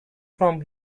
from